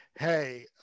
hey